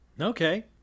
Okay